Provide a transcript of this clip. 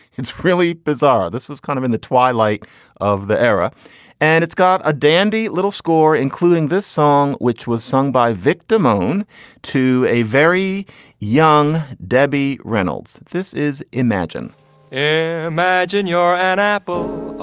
it's really bizarre. this was kind of in the twilight of the era and it's got a dandy little score, including this song, which was sung by victim own to a very young debbie reynolds this is imagine and imagine you're an apple